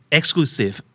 exclusive